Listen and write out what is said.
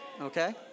Okay